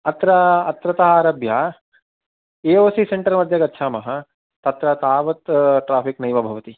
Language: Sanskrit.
अत्र अत्र आरभ्य ए ओ सी सेन्टर् मध्ये गच्छामः तत्र तावत् ट्राफ़िक् नैव भवति